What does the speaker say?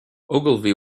ogilvy